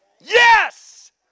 Yes